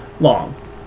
long